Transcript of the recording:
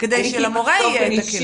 כדי שלמורה יהיה את הכלים?